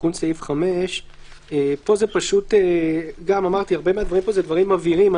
תיקון סעיף 5. הרבה מהדברים פה הם דברים מבהירים.